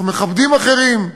אנחנו מכבדים אחרים,